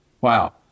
Wow